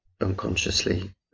unconsciously